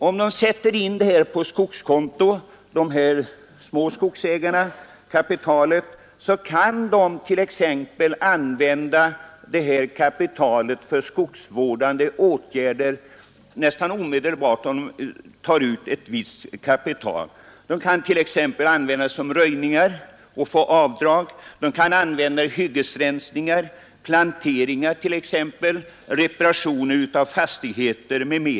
Om dessa små skogsägare sätter in kapitalet på skogskonto kan de t.ex. använda det för skogsvårdande åtgärder nästan omedelbart. De kan t.ex. använda pengarna för röjningar och få avdrag de kan använda dem för ttet att de mindre skogsägarna har mindre hyggesrensningar, planteringar, reparationer av fastigheter m, m.